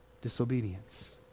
disobedience